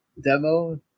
demo